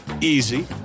Easy